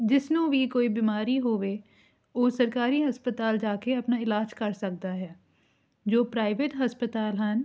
ਜਿਸਨੂੰ ਵੀ ਕੋਈ ਬਿਮਾਰੀ ਹੋਵੇ ਉਹ ਸਰਕਾਰੀ ਹਸਪਤਾਲ ਜਾ ਕੇ ਆਪਣਾ ਇਲਾਜ ਕਰ ਸਕਦਾ ਹੈ ਜੋ ਪ੍ਰਾਈਵੇਟ ਹਸਪਤਾਲ ਹਨ